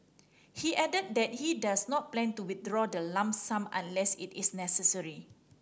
he added that he does not plan to withdraw the lump sum unless it is necessary